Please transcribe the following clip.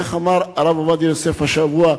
איך אמר הרב עובדיה יוסף השבוע?